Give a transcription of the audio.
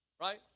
right